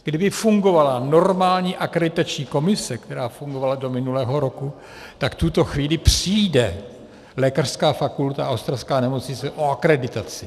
Kdyby fungovala normální Akreditační komise, která fungovala do minulého roku, tak v tuto chvíli přijde lékařská fakulta a ostravská nemocnice o akreditaci.